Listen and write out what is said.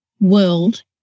world